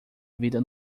vida